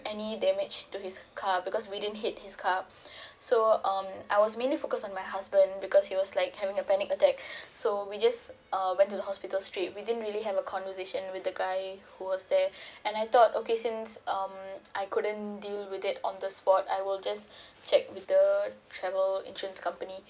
any damage to his car because we didn't hit his car so um I was mainly focus on my husband because he was like having a panic attack so we just uh went to hospital straight we didn't really have a conversation with the guy who was there and I thought okay since um I couldn't deal with it on the spot I will just check with the travel insurance company